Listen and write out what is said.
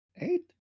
eight